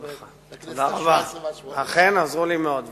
זאת אומרת, אכן עזרו לי מאוד.